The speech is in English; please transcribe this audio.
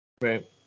Right